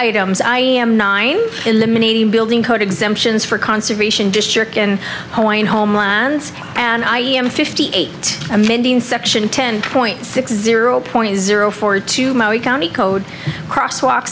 items i am nine eliminating building code exemptions for conservation district and hoeing homelands and i am fifty eight amending section ten point six zero point zero four two maui county code crosswalk